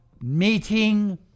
meeting